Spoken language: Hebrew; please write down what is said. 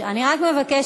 אני רק מבקשת,